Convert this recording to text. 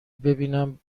ببینم